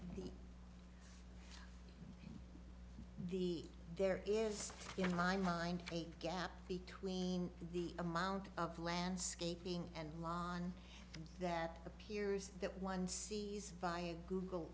time the there is on my mind a gap between the amount of landscaping and lawn that appears that one sees via google